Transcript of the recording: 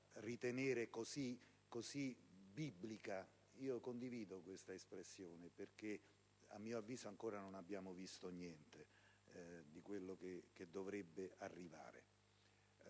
ritenere così biblica e condivido questa espressione, perché a mio avviso ancora non abbiamo visto niente di quello che dovrebbe arrivare.